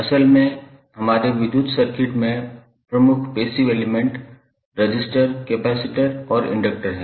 असल में हमारे विद्युत सर्किट में प्रमुख पैसिव एलिमेंट रजिस्टर कैपेसिटर और इंडक्टर हैं